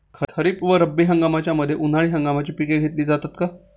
खरीप व रब्बी हंगामाच्या मध्ये उन्हाळी हंगामाची पिके घेतली जातात का?